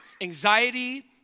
anxiety